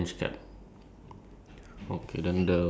okay so the green one is wearing black pants